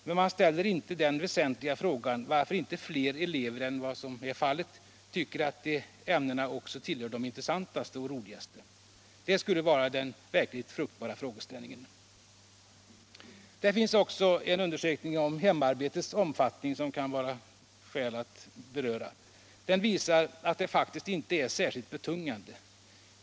Men man ställer inte den väsentliga frågan varför inte fler elever än vad som nu är fallet tycker att de ämnena tillhör de roligaste eller intressantaste. Det skulle vara den verkligt fruktbara frågeställningen. Det har också gjorts en undersökning om hemarbetets omfattning, som det kan vara skäl att beröra. Den visar att hemarbetet faktiskt inte är särskilt betungande.